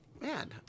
Man